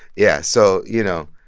yeah. so, you know,